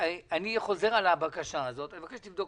ואני חוזר על הבקשה הזאת: אני מבקש שתבדוק